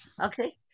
okay